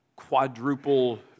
quadruple